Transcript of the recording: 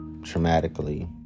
traumatically